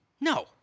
No